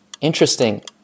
Interesting